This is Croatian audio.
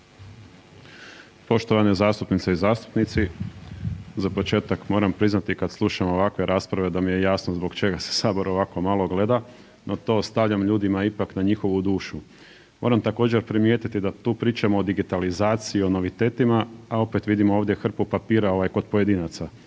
Poštovane zastupnice i zastupnici, za početak moram priznati kad slušam ovakve rasprave da mi je jasno zbog čega se sabor ovako malo gleda, no to ostavljam ljudima ipak na njihovu dušu. Moram također primijetiti da tu pričamo o digitalizaciji, o novitetima, a opet vidimo ovdje hrpu papira ovaj kod pojedinaca.